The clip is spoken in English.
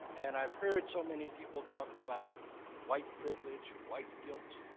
and i've heard so many people talk about white privilege, white guilt.